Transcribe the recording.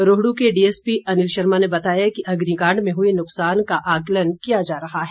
रोहड् के डीएसपी अनिल शर्मा ने बताया कि अग्निकांड में हुए नुकसान का आंकलन किया जा रहा है